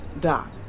Doc